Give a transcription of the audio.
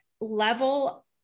level